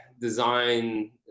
design